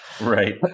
Right